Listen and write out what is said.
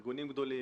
יש ארגונים גדולים,